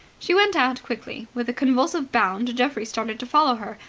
she went out quickly. with a convulsive bound geoffrey started to follow her,